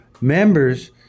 members